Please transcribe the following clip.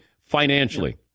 financially